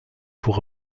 pour